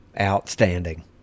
outstanding